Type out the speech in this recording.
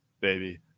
baby